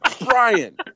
Brian